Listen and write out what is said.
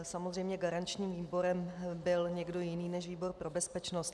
Samozřejmě garančním výborem byl někdo jiný než výbor pro bezpečnost.